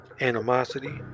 animosity